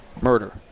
murder